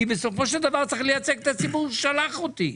אני בסופו של דבר צריך לייצג את הציבור ששלח אותי.